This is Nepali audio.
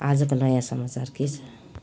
आजको नयाँ समाचार के छ